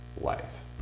life